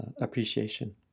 appreciation